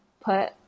put